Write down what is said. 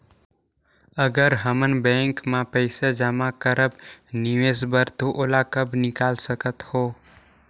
अगर हमन बैंक म पइसा जमा करब निवेश बर तो ओला कब निकाल सकत हो?